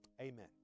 Amen